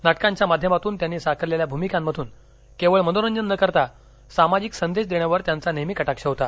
नाटकांच्या माध्यमातून त्यांनी साकारलेल्या भूमिकांमधून केवळ मनोरंजन न करता सामाजिक संदेश देण्यावर त्यांचा नेहमी कटाक्ष होता